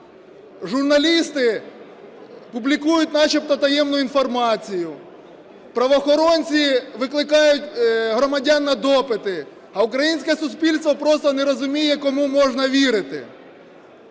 Журналісти публікують начебто таємну інформацію, правоохоронці викликають громадян на допити, а українське суспільство просто не розуміє, кому можна вірити.